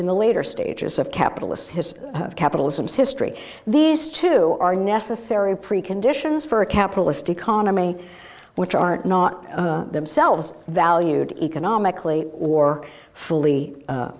in the later stages of capitalists history of capitalism history these two are necessary preconditions for a capitalist economy which are not themselves valued economically or fully